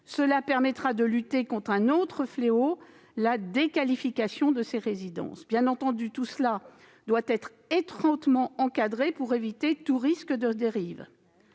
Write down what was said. Cela permettra de lutter contre un autre fléau : la déqualification des résidences. Bien entendu, cela doit être étroitement encadré pour éviter tout risque de dérive.